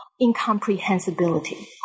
incomprehensibility